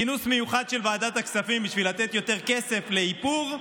כינוס מיוחד של ועדת הכספים בשביל לתת יותר כסף לאיפור,